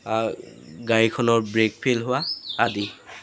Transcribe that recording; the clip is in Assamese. গাড়ীখনৰ ব্ৰে'ক ফেইল হোৱা আদি